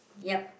yup